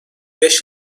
beş